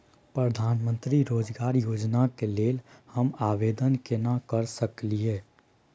प्रधानमंत्री रोजगार योजना के लेल हम आवेदन केना कर सकलियै?